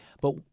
But-